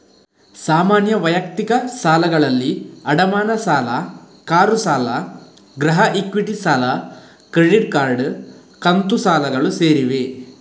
ಸಾಮಾನ್ಯ ವೈಯಕ್ತಿಕ ಸಾಲಗಳಲ್ಲಿ ಅಡಮಾನ ಸಾಲ, ಕಾರು ಸಾಲ, ಗೃಹ ಇಕ್ವಿಟಿ ಸಾಲ, ಕ್ರೆಡಿಟ್ ಕಾರ್ಡ್, ಕಂತು ಸಾಲಗಳು ಸೇರಿವೆ